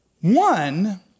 One